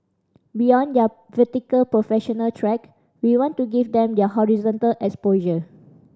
beyond their vertical professional track we want to give them their horizontal exposure